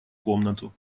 комнату